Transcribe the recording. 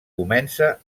comença